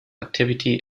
activity